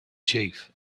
chief